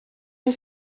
une